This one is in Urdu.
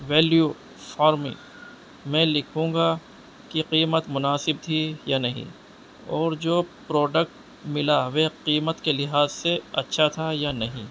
ویلیو فارم میں لکھوں گا کہ قیمت مناسب تھی یا نہیں اور جو پروڈکٹ ملا وہ قیمت کے لحاظ سے اچھا تھا یا نہیں